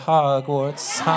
Hogwarts